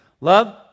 Love